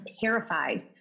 terrified